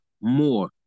more